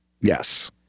Yes